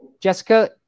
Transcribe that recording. Jessica